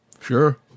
Sure